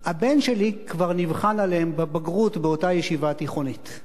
הבן שלי כבר נבחן עליהם בבגרות באותה ישיבה תיכונית.